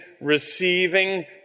receiving